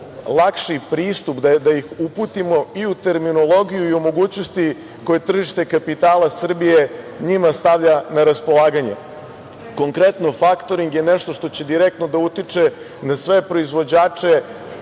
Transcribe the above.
lakši pristup, da ih uputimo i u terminologiju i o mogućnosti koje tržište kapitala Srbije njima stavlja na raspolaganje. Konkretno faktoring je nešto što će direktno da utiče na sve proizvođače,